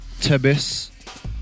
Tebis